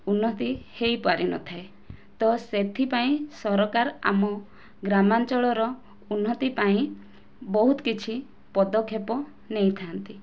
ଉନ୍ନତି ହୋଇପାରିନଥାଏ ତ ସେଥିପାଇଁ ସରକାର ଆମ ଗ୍ରାମାଞ୍ଚଳର ଉନ୍ନତି ପାଇଁ ବହୁତ କିଛି ପଦକ୍ଷେପ ନେଇଥାନ୍ତି